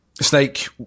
snake